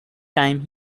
time